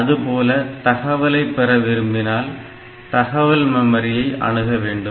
அதுபோல தகவலை பெற விரும்பினால் தகவல் மெமரியை அணுக வேண்டும்